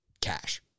cash